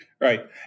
Right